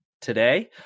today